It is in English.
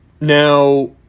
Now